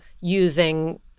using